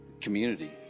Community